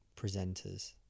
presenters